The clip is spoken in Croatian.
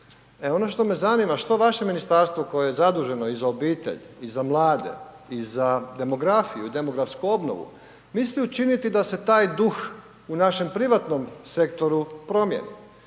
ono što me zanima, što vaše ministarstvo koje je zaduženo i za obitelj i za mlade i za demografiju i za demografsku obnovu, misli učiniti da se taj duh u našem privatnom sektoru promijeni?